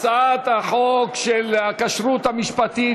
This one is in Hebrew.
הצעת חוק הכשרות המשפטית,